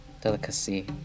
delicacy